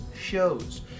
shows